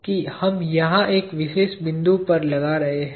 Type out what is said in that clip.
कि हम यहां एक विशेष बिंदु पर लगा रहे हैं